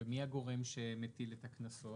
ומי הגורם שמטיל את הקנסות,